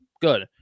good